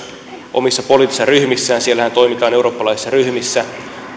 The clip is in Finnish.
omissa poliittisissa ryhmissään siellähän toimitaan eurooppalaisissa ryhmissä